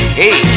hey